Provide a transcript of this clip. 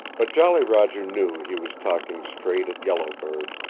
but jolly roger knew he was talking straight at yellow bird,